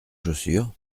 chaussures